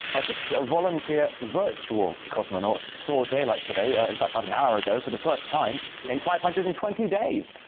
a six-volunteer virtual cosmonaut saw daylight today, ah in fact about an hour ago, for the first time in five hundred and twenty days.